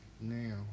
now